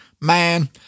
Man